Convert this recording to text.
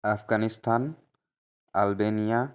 Afghanistan Albania